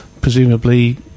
presumably